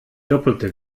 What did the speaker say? doppelte